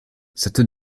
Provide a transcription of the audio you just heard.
cette